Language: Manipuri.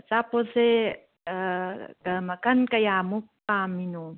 ꯑꯆꯥꯄꯣꯠꯁꯦ ꯃꯈꯟ ꯀꯌꯥꯃꯨꯛ ꯄꯥꯝꯃꯤꯅꯣ